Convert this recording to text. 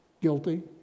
Guilty